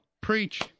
Preach